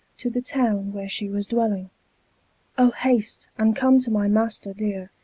to the town where she was dwelling o haste and come to my master dear,